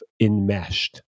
enmeshed